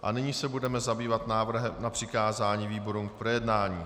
A nyní se budeme zabývat návrhem na přikázání výborům k projednání.